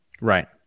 Right